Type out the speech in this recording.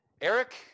Eric